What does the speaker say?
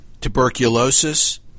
tuberculosis